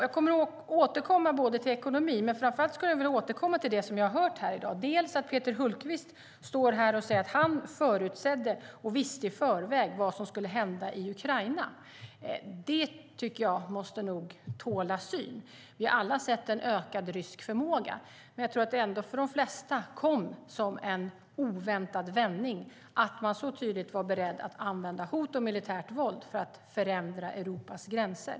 Jag kommer att återkomma till ekonomin, men framför allt skulle jag vilja återkomma till det jag har hört här i dag. För det första står Peter Hultqvist och säger att han förutsåg och visste i förväg vad som skulle hända i Ukraina. Det tycker jag nog måste tåla en syning. Vi har alla sett en ökad rysk förmåga, men jag tror ändå att det för de flesta kom som en oväntad vändning att man så tydligt var beredd att använda hot om militärt våld för att förändra Europas gränser.